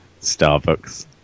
Starbucks